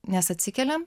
nes atsikeliam